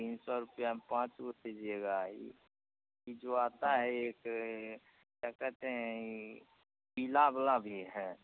तीन सौ रुपया में पाँच गो दीजिएगा ई ई जो आता है एक क्या कहते है ई पीला वाला भी है